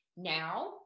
Now